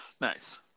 Nice